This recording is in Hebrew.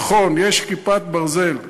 נכון, יש "כיפת ברזל".